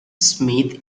smith